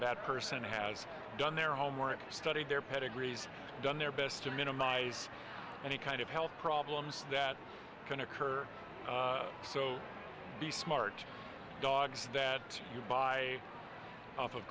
that person has done their homework studied their pedigrees done their best to minimize any kind of health problems that can occur so be smart dogs that you buy off of